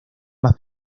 más